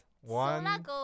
one